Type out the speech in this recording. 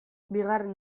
bigarren